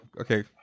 okay